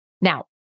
Now